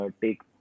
take